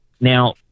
Now